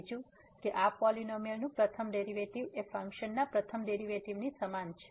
બીજું કે આ પોલીનોમીઅલ નું પ્રથમ ડેરીવેટીવ એ ફંક્શન ના પ્રથમ ડેરીવેટીવ ની સમાન છે